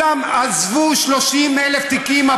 עזבו 30,000 תיקים.